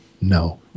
no